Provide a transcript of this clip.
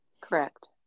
Correct